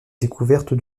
découverte